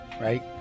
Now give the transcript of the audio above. right